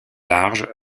larges